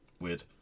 weird